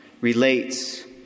relates